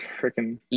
freaking